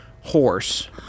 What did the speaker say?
horse